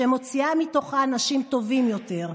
שמוציאה מתוכה אנשים טובים יותר.